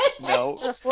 No